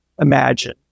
imagine